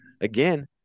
again